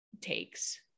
takes